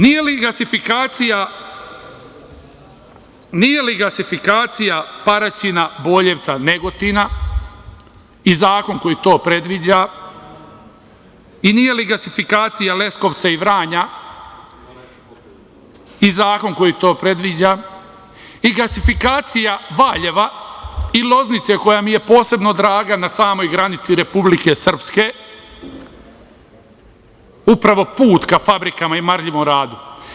Nije li gasifikacija Paraćina, Boljevca, Negotina i zakon koji to predviđa i nije li gasifikacija Leskovca, Vranja i zakon koji to predviđa i gasifikacija Valjeva i Loznice koja mi je posebno draga, na samoj granici Republike Srpske, upravo put ka fabrikama i marljivom radu?